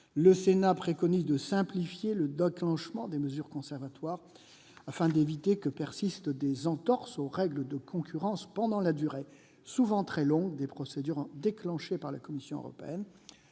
Le Sénat préconise de simplifier le déclenchement des mesures conservatoires, afin d'éviter que ne persistent des entorses aux règles de concurrence pendant la durée souvent très longue des procédures déclenchées par la Commission européenne.